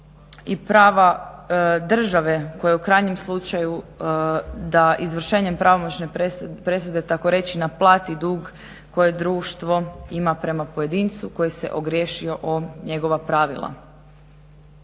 i prava države koje u krajnjem slučaju da izvršenjem pravomoćne presude takoreći naplati dug koje društvo ima prema pojedincu koji se ogriješio o njegova pravila.